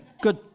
good